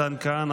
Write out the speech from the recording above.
מתן כהנא,